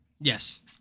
Yes